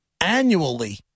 annually